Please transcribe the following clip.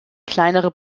kleinere